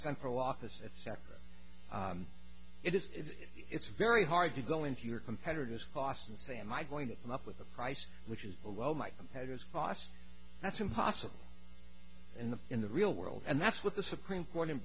central office etc it is it's very hard to go into your competitor's cost and say am i going to come up with a price which is below my competitors cost that's impossible in the in the real world and that's what the supreme court